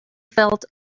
felt